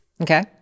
Okay